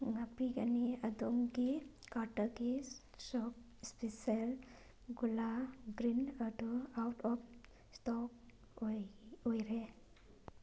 ꯉꯥꯛꯄꯤꯒꯅꯤ ꯑꯗꯣꯝꯒꯤ ꯀꯥꯔꯠꯇꯒꯤ ꯁꯣꯛ special gulal green out of ꯑꯣꯞ ꯏꯁꯇꯣꯛ ꯑꯣꯏ ꯑꯣꯏꯔꯦ